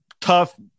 tough